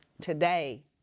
today